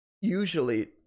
usually